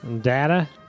Data